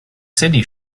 sydney